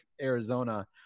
arizona